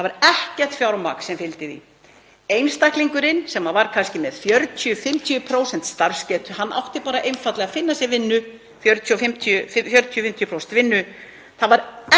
það var ekkert fjármagn sem fylgdi því. Einstaklingur sem var kannski með 40–50% starfsgetu átti einfaldlega að finna sér vinnu, 40–50% vinnu,